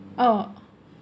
oh